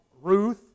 Ruth